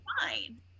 fine